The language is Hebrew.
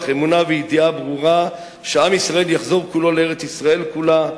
מאמונה ומהידיעה הברורה שעם ישראל יחזור כולו לארץ-ישראל כולה,